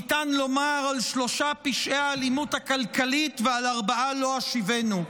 ניתן לומר: על שלושה פשעי האלימות הכלכלית ועל ארבעה לא אשיבנו.